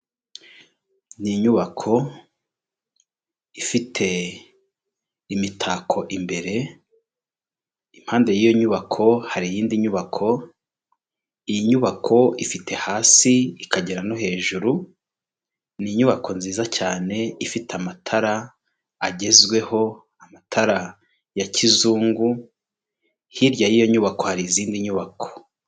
Ni inyubako ifite imitako imbere impande y'iyo nyubako hari iyindi nyubako iyi nyubako ifite hasi ikagera no hejuru ni inyubako nziza cyane ifite amatara agezweho amatara ya kizungu hirya y'iyo nyubako hari izindi nyubako.